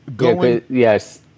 Yes